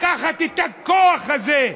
לקחת את הכוח הזה.